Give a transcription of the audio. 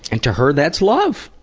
and to her, that's love!